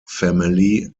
family